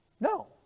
No